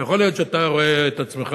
יכול להיות שאתה רואה את עצמך,